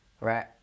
Right